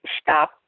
stop